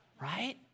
Right